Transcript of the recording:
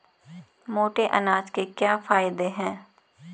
मोटे अनाज के क्या क्या फायदे हैं?